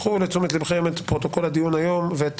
קחו לתשומת ליבכם את פרוטוקול הדיון היום ואת